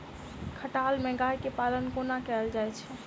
खटाल मे गाय केँ पालन कोना कैल जाय छै?